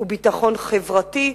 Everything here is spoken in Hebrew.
הוא ביטחון חברתי,